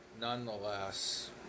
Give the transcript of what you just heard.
nonetheless